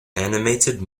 animated